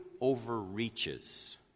overreaches